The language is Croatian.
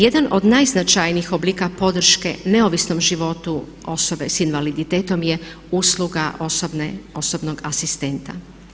Jedan od najznačajnijih oblika podrške neovisnom životu osobe s invaliditetom je usluga osobnog asistenta.